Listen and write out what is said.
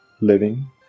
living